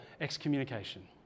excommunication